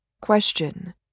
Question